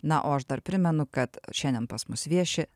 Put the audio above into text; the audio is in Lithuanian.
na o aš dar primenu kad šiandien pas mus vieši